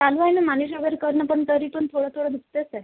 चालू आहे ना मालिश वगैरे करणं पण तरी पण थोडं थोडं दुखतच आहे